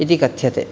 इति कथ्यते